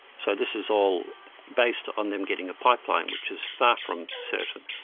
so this is all based on them getting a pipeline, which is far from certain.